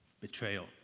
betrayal